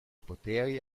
poteri